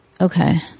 Okay